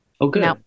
okay